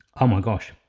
oh my gosh.